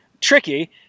tricky